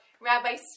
Rabbi